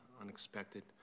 unexpected